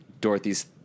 Dorothy's